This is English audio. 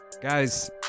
Guys